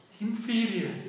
inferior